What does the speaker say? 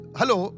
hello